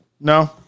No